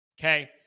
Okay